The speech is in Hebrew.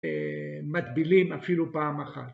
מטבילים אפילו פעם אחת